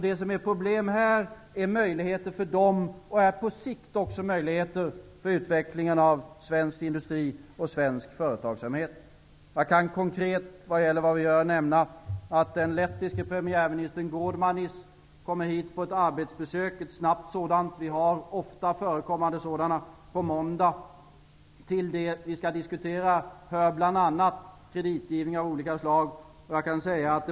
Det som är problem här är möjligheter för dem, och det är på sikt också möjligheter för utvecklingen av svensk industri och svensk företagsamhet. Jag kan nämna något om vad vi konkret gör. Den lettiske premiärministern Godmanis kommer hit på ett snabbt arbetsbesök på måndag -- sådana förekommer ofta -- och vi skall då diskutera bl.a. kreditgivning av olika slag.